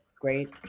great